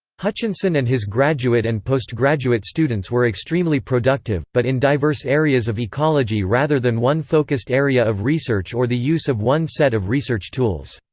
hutchinson and his graduate and postgraduate students were extremely productive, but in diverse areas of ecology rather than one focused area of research or the use of one set of research tools.